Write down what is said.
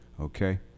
okay